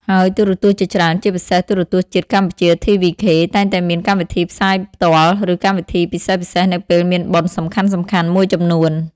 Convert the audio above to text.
ហើយទូរទស្សន៍ជាច្រើន ជាពិសេស ទូរទស្សន៍ជាតិកម្ពុជា TVK តែងតែមានកម្មវិធីផ្សាយផ្ទាល់ ឬកម្មវិធីពិសេសៗនៅពេលមានបុណ្យសំខាន់ៗមួយចំនួន។